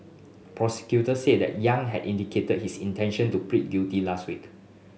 prosecutors said that Yang had indicated his intention to plead guilty last week